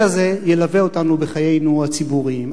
הזה ילווה אותנו בחיינו הציבוריים?